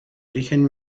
origen